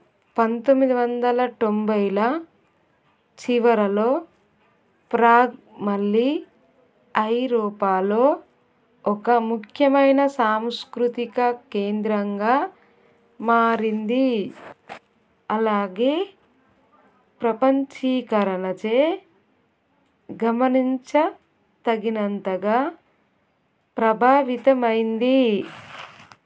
పంతొమ్మిది వందల తొంభైల చివరలో ప్రాగ్ మళ్ళీ ఐరోపాలో ఒక ముఖ్యమైన సాంస్కృతిక కేంద్రంగా మారింది అలాగే ప్రపంచీకరణచే గమనించ తగినంతగా ప్రభావితమైంది